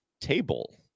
table